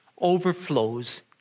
overflows